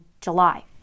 July